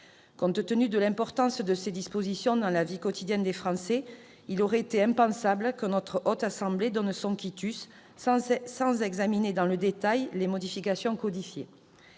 Compte tenu de l'importance de ces dispositions dans la vie quotidienne des Français, il aurait été impensable que la Haute Assemblée donne son quitus sans examiner dans le détail les modifications codifiées.